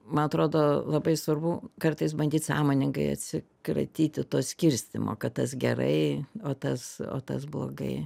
man atrodo labai svarbu kartais bandyt sąmoningai atsikratyti to skirstymo kad tas gerai o tas o tas blogai